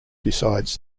decides